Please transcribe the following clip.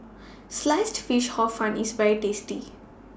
Sliced Fish Hor Fun IS very tasty